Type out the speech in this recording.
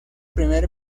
primer